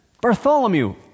Bartholomew